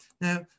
Now